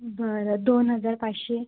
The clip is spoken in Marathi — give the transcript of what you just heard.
बरं दोन हजार पाचशे